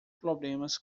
problemas